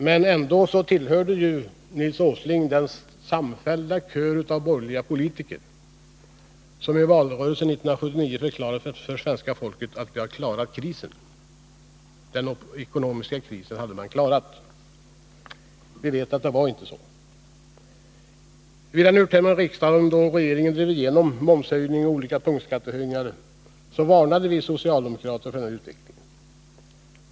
Men ändå stämde Nils Åsling in i den samfällda kör av politiker som i valrörelsen 1979 förklarade för svenska folket att ”vi har klarat den ekonomiska krisen”. Vi vet att det inte var så. Vid den urtima riksdagen, då regeringen drev igenom momshöjning och olika punktskattehöjningar, varnade vi socialdemokrater för den här utvecklingen.